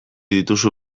dituzu